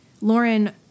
Lauren